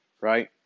right